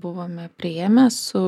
buvome priėmę su